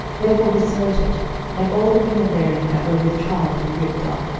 therefore he smote it and all the women therein that were with child he ripped up.